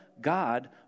God